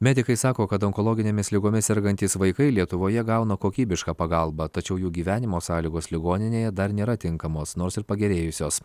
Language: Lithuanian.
medikai sako kad onkologinėmis ligomis sergantys vaikai lietuvoje gauna kokybišką pagalbą tačiau jų gyvenimo sąlygos ligoninėje dar nėra tinkamos nors ir pagerėjusios